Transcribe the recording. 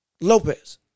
Lopez